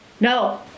No